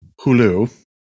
Hulu